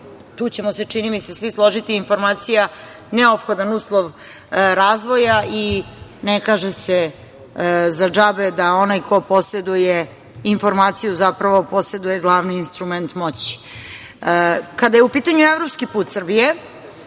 tu ćemo se čini mi se svi složiti, informacija neophodan uslov razvoja i ne kaže se za džabe da onaj ko poseduje informaciju, zapravo poseduje glavni instrument moći. Kada je u pitanju evropski put Srbije,